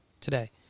today